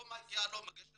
לא מגיע לו מגשר,